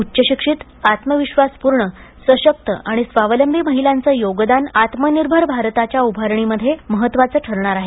उच्चशिक्षित आत्मविश्वासपूर्ण सशक्त आणि स्वावलंबी महिलांचं योगदान आत्मनिर्भर भारताच्या उभारणीमध्ये महत्त्वाचं ठरणार आहे